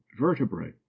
vertebrae